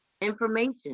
information